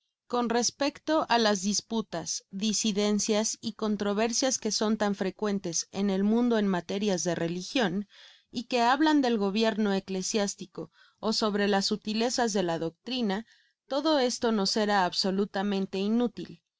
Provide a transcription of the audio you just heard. con respecto á las disputas disidencias y controversias que son tan frecuentes en el mundo en materias de religion y que hablas del gobierno eclesiástico ó sobre las sutilezas de la doctrina todo esto nos era absolutamente inútil